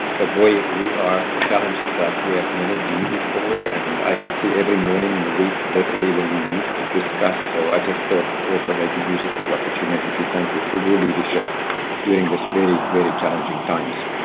but boy, we are challenged like we have never been before. and and i can see every morning in the week, literally when we meet to discuss so i just thought also making use of the opportunity to thank you for your leadership during this very, very challenging times.